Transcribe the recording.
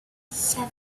seven